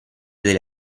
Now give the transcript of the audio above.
degli